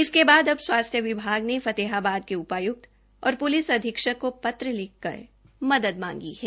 इसके बाद अब स्वास्थ्य विभाग ने फतेहाबाद के उपायुक्त और पुलिस अधीक्षक को पत्र लिखकर मदद मांगी है